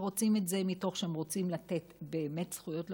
שרוצים את זה מתוך שהם רוצים לתת באמת זכויות לפלסטינים,